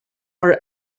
are